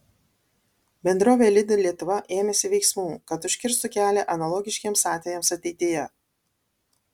bendrovė lidl lietuva ėmėsi veiksmų kad užkirstų kelią analogiškiems atvejams ateityje